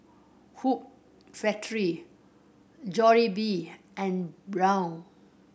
Hoop Factory Jollibee and Braun